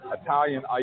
Italian